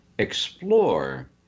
explore